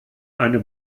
eine